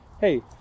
Hey